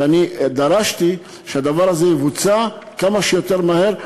ואני דרשתי שהדבר הזה יבוצע כמה שיותר מהר,